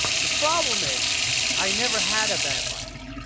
the problem is i never had a bad life.